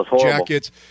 jackets